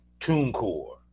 TuneCore